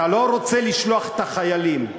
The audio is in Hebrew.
אתה לא רוצה לשלוח את החיילים.